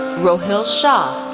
rohil shah,